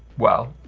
well